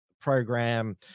program